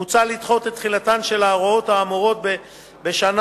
מוצע לדחות את תחילתן של ההוראות האמורות בשנה